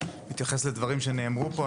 אני אתייחס לדברים שנאמרו פה.